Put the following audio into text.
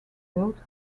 built